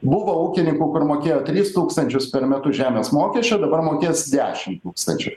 buvo ūkininkų kur mokėjo tris tūkstančius per metus žemės mokesčio dabar mokės dešim tūkstančių